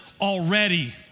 already